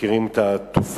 מכירים את התופעות